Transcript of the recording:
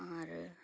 ᱟᱨ